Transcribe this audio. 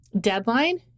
deadline